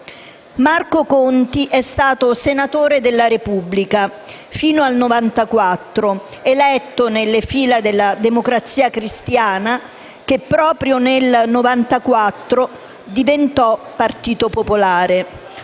Marco Conti è stato senatore della Repubblica fino al 1994, eletto nelle file della Democrazia Cristiana che, proprio nel 1994, diventò Partito Popolare.